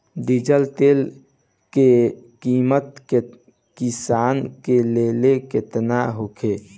Diesel तेल के किमत किसान के लेल केतना होखे?